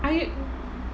I